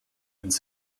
ins